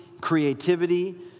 creativity